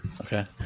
Okay